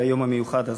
על היום המיוחד הזה.